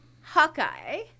Hawkeye